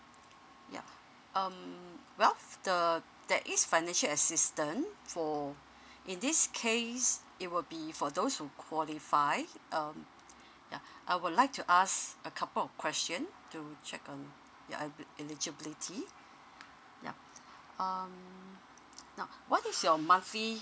ya um well the there is financial assistance for in this case it will be for those who qualify um ya I would like to ask a couple of question to check um your eli~ eligibility ya um now what is your monthly